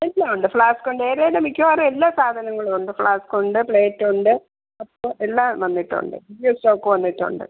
എല്ലാമുണ്ട് ഫ്ലാസ്ക്ക് ഉണ്ട് ഏതെങ്കിലും മിക്കവാറും എല്ലാ സാധനങ്ങളും ഉണ്ട് ഫ്ലാസ്ക്ക് ഉണ്ട് പ്ലേറ്റ് ഉണ്ട് കപ്പ് എല്ലാം വന്നിട്ടുണ്ട് പുതിയ സ്റ്റോക്ക് വന്നിട്ടുണ്ട്